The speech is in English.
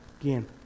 Again